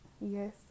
Yes